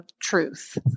truth